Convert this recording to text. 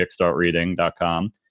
kickstartreading.com